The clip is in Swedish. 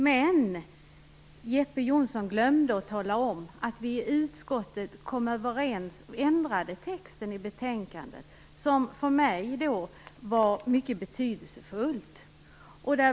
Men Jeppe Johnsson glömde att tala om att vi i utskottet kom överens om att ändra texten i betänkandet, något som för mig var mycket betydelsefullt.